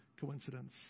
coincidence